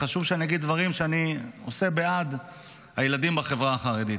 חשוב שאגיד דברים שאני עושה בעד הילדים בחברה החרדית.